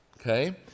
okay